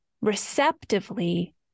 receptively